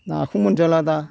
नाखौनो मोनजाला दा